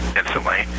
instantly